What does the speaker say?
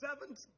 seventh